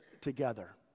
together